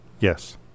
Yes